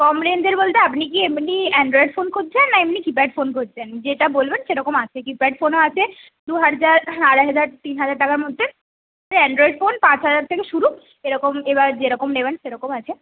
কম রেঞ্জের বলতে আপনি কি এমনি অ্যানড্রয়েড ফোন খুঁজছেন না এমনি কীপ্যাড ফোন খুঁজছেন যেটা বলবেন সেরকম আছে কীপ্যাড ফোনও আছে দু হাজার আড়াই হাজার তিন হাজার টাকার মধ্যে অ্যানড্রয়েড ফোন পাঁচ হাজার থেকে শুরু এরকম এবার যে রকম নেবেন সে রকম আছে